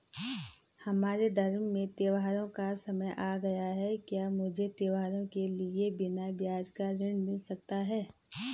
हमारे धर्म में त्योंहारो का समय आ गया है क्या मुझे त्योहारों के लिए बिना ब्याज का ऋण मिल सकता है?